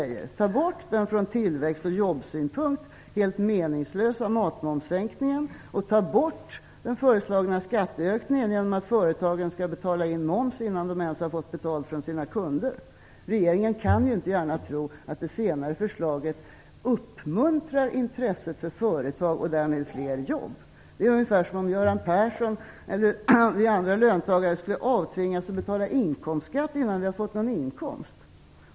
Man hade kunnat ta bort den från tillväxt och jobbsynpunkt helt meningslösa matmomssänkningen och ta bort den föreslagna skatteökningen genom att företagen skall betala in moms innan de ens har fått betalt från sina kunder. Regeringen kan inte gärna tro att det senare förslaget uppmuntrar intresset för fler företag och därmed fler jobb. Det är ungefär som om Göran Persson eller vi andra löntagare skulle tvingas betala inkomstskatt innan vi har fått någon inkomst.